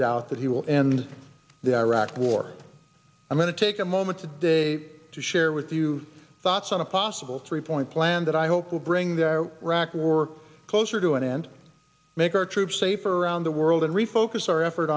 doubt that he will and the iraq war i'm going to take a moment today to share with you thoughts on a possible three point plan that i hope will bring the iraq war closer to an end make our troops safer around the world and refocus our effort